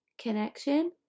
Connection